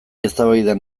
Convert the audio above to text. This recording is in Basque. eztabaidan